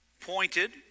Pointed